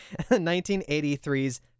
1983's